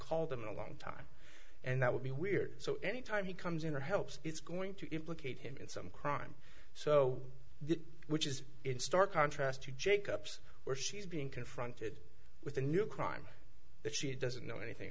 called them in a long time and that would be weird so any time he comes in or helps it's going to implicate him in some crime so the which is in stark contrast to jake ups where she's being confronted with a new crime that she doesn't know anything